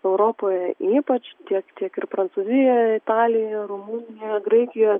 europoje ypač tiek tiek ir prancūzijoje italijoje rumunijoje graikijoje